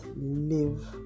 live